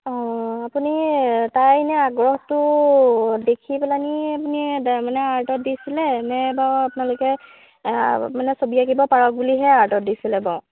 অঁ আপুনি তাই এনে আগ্ৰহটো দেখি পেলানি আপুনি তাৰমানে আৰ্টত দিছিলে নে বাৰু আপোনালোকে মানে ছবি আকিব পাৰক বুলিহে আৰ্টত দিলে বাৰু